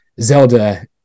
Zelda